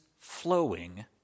flowing